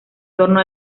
torno